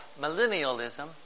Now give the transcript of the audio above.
millennialism